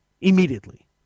immediately